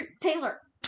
Taylor